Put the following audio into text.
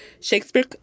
Shakespeare